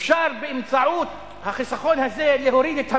אפשר באמצעות החיסכון הזה להוריד את המע"מ?